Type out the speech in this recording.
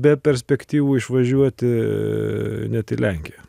be perspektyvų išvažiuoti net į lenkiją